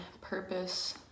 purpose